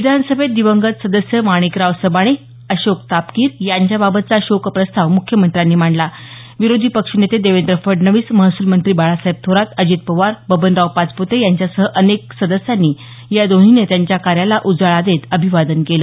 विधानसभेत दिवंगत सदस्य माणिकराव सबाणे अशोक तापकीर यांच्याबाबतचा शोकप्रस्ताव मुख्यमंत्र्यांनी मांडला विरोधी पक्षनेते देवेंद्र फडणवीस महसूल मंत्री बाळासाहेब थोरात अजित पवार बबनराव पाचप्ते यांच्यासह अनेक सदनांनी या दोन्ही नेत्यांच्या कार्याला उजाळा देत अभिवादन केलं